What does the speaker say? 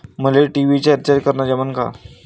मले टी.व्ही चा रिचार्ज करन जमन का?